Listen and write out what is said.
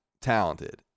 talented